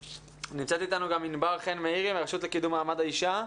נמצאת איתנו גם ענבר חן מאירי מרשות לקידום מעמד האישה.